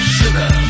sugar